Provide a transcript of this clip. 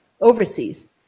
overseas